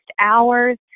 hours